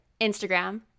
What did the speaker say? Instagram